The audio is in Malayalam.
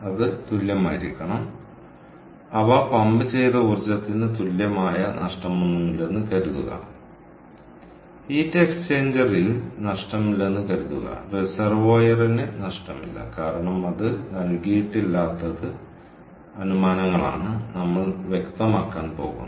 അതിനാൽ അത് തുല്യമായിരിക്കണം അവർ പമ്പ് ചെയ്ത ഊർജ്ജത്തിന് തുല്യമായ നഷ്ടമൊന്നുമില്ലെന്ന് കരുതുക ഹീറ്റ് എക്സ്ചേഞ്ചറിൽ നഷ്ടമില്ലെന്ന് കരുതുക റിസർവോയറിന് നഷ്ടമില്ല കാരണം അത് നൽകിയിട്ടില്ലാത്തത് അനുമാനങ്ങളാണ് നമ്മൾ വ്യക്തമാക്കാൻ പോകുന്നു